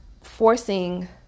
forcing